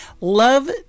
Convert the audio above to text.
love